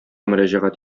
мөрәҗәгать